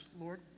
Lord